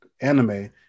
anime